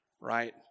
right